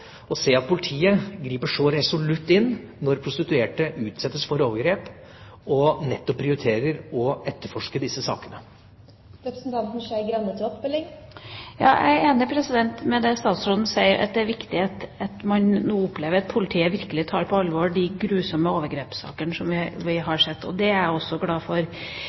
at politiet griper så resolutt inn når prostituerte utsettes for overgrep, og nettopp prioriterer å etterforske disse sakene. Jeg er enig i det statsråden sier om at det er viktig at politiet virkelig tar på alvor de grusomme overgrepssakene som vi har sett. Det er jeg også glad for.